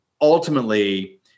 ultimately